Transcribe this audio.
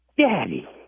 Daddy